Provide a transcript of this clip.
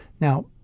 Now